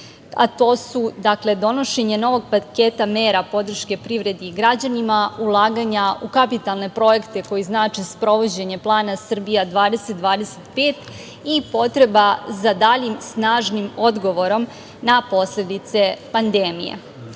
a to su donošenje novog paketa mera podrške privredi i građanima, ulaganja u kapitalne projekte koji znače sprovođenje plana „Srbija 2025“ i potreba za daljim snažnim odgovorom na posledice pandemije. Ova